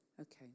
Okay